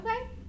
Okay